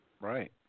Right